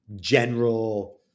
general